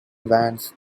vans